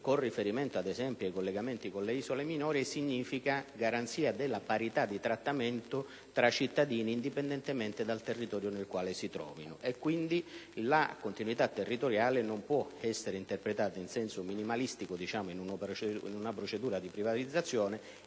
con riferimento ad esempio ai collegamenti con le isole minori, significa garanzia della parità di trattamento tra cittadini, indipendentemente dal territorio nel quale si trovino. Pertanto, la continuità territoriale non può essere interpretata in senso minimalistico in una procedura di privatizzazione: